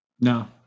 No